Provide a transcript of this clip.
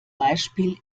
beispiel